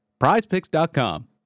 prizepicks.com